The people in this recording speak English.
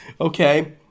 Okay